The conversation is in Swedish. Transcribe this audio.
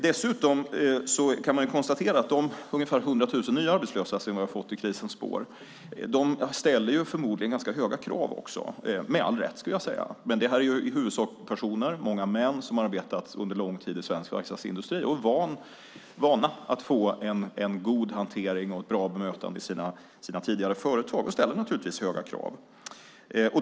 Dessutom kan man konstatera att de ungefär 100 000 nya arbetslösa som vi har fått i krisens spår förmodligen ställer ganska höga krav - med all rätt, skulle jag säga. Det är i huvudsak personer som arbetat under lång tid i svensk verkstadsindustri - många är män - och från sina tidigare företag är vana vid att få en god hantering och ett bra bemötande och naturligtvis ställer höga krav.